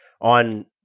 on